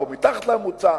פה מתחת לממוצע,